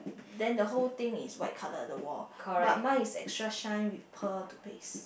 then the whole thing is white colour the wall but mine is extra shine with pearl toothpaste